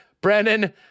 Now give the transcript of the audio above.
Brennan